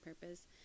purpose